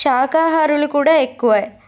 శాఖహారులు కూడా ఎక్కువే